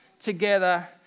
together